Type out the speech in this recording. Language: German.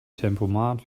tempomat